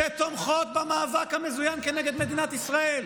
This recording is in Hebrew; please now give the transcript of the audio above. שתומכות במאבק המזוין כנגד מדינת ישראל.